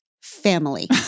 family